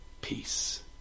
peace